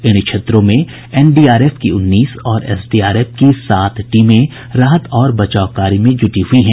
इन क्षेत्रों में एनडीआरएफ की उन्नीस और एसडीआरएफ की सात टीमें राहत और बचाव कार्य में ज़ूटी हुई है